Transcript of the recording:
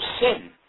sin